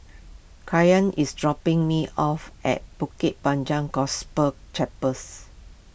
Kyan is dropping me off at Bukit Panjang Gospel Chapels